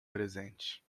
presente